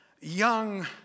young